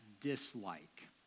dislike